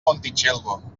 montitxelvo